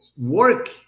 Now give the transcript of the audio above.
work